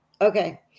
Okay